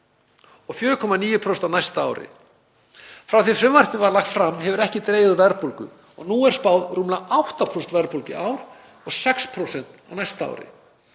og 4,9% á næsta ári. Frá því að frumvarpið var lagt fram hefur ekki dregið úr verðbólgu og nú er spáð rúmlega 8% verðbólgu í ár og 6% verðbólgu á næsta ári.